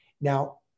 Now